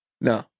No